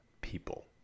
people